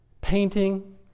Painting